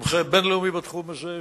מומחה בין-לאומי בתחום הזה,